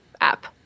app